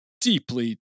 deeply